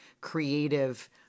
creative